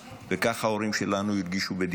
ככה ההורים שלי הרגישו בירוחם,